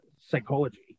psychology